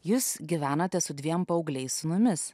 jūs gyvenate su dviem paaugliais sūnumis